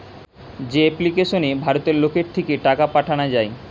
যে এপ্লিকেশনে ভারতের লোকের থিকে টাকা পাঠানা যায়